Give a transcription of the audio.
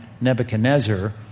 Nebuchadnezzar